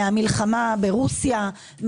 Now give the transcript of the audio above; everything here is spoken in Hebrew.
מהמלחמה ברוסיה,